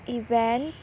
event